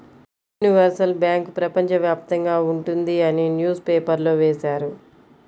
universal bank ప్రపంచ వ్యాప్తంగా ఉంటుంది అని న్యూస్ పేపర్లో వేశారు